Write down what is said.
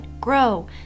grow